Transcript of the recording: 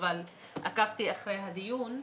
אבל עקבתי אחרי הדיון.